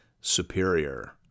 superior